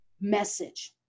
message